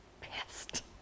pissed